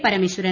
Parameswaran